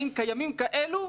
האם קיימים כאלו?